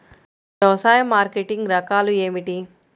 వ్యవసాయ మార్కెటింగ్ రకాలు ఏమిటి?